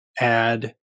add